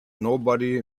nobody